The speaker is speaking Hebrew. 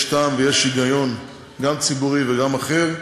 יש טעם ויש היגיון, גם ציבורי וגם אחר,